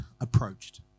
approached